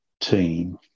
team